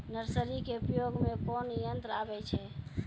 Nursery के उपयोग मे कोन यंत्र आबै छै?